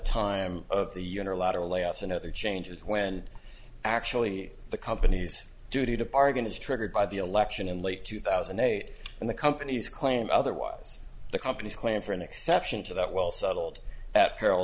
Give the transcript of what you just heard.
time of the unilateral layoffs and other changes when actually the company's duty to bargain is triggered by the election in late two thousand and eight and the company's claim otherwise the company's claim for an exception to that well settled at pe